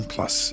Plus